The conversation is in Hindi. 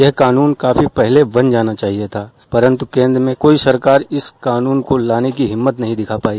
यह कानून काफी पहले बन जाना चाहिए था परन्तु केन्द्र में कोई सरकार इस कानून को लाने की हिम्मत नहीं दिखा पाई